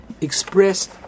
expressed